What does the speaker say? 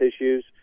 issues